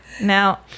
Now